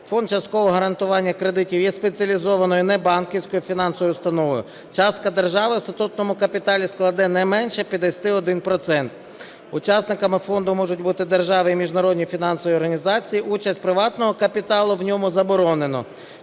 Фонд часткового гарантування кредитів є спеціалізованою небанківською фінансовою установою, частка держави в статутному капіталі складе не менше 51 відсотка. Учасниками фонду можуть бути держава і міжнародні фінансові організації, участь приватного капіталу в ньому заборонена.